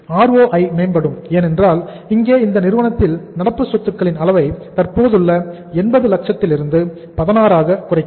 ROI மேம்படும் ஏனென்றால் இங்கே இந்த நிறுவனத்தில் நடப்பு சொத்துக்களின் அளவை தற்போதுள்ள 80 லட்சத்தில் இருந்து 16 ஆக குறைக்கிறோம்